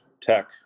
tech